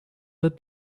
let